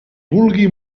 vulgui